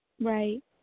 Right